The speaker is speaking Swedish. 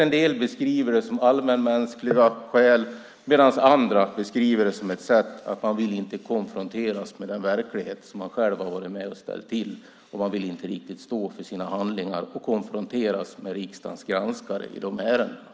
En del beskriver det som allmänmänskliga skäl medan andra beskriver det som att man inte vill konfronteras med den verklighet som man själv varit med och ställt till. Man vill inte riktigt stå för sina handlingar och konfronteras med riksdagens granskare i de ärendena.